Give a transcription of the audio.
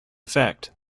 effect